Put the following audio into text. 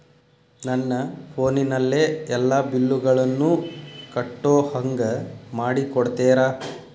ನನ್ನ ಫೋನಿನಲ್ಲೇ ಎಲ್ಲಾ ಬಿಲ್ಲುಗಳನ್ನೂ ಕಟ್ಟೋ ಹಂಗ ಮಾಡಿಕೊಡ್ತೇರಾ?